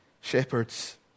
shepherds